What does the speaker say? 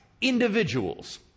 individuals